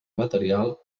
material